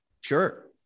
Sure